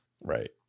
right